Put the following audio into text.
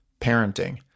parenting